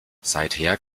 seither